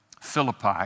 Philippi